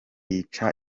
yica